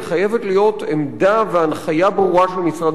להיות עמדה והנחיה ברורה של משרד הבריאות.